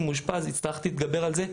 הצלחתי להתגבר על זה.